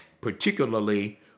particularly